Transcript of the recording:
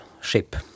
ship